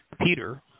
Peter